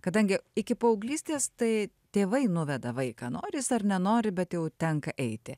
kadangi iki paauglystės tai tėvai nuveda vaiką nori jis ar nenori bet jau tenka eiti